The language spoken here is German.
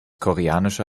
koreanische